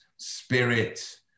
spirit